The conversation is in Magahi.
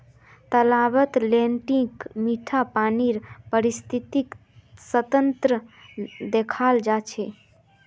तालाबत लेन्टीक मीठा पानीर पारिस्थितिक तंत्रक देखाल जा छे